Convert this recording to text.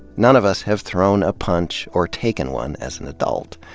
none of us have thrown a punch, or taken one, as an adult.